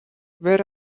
where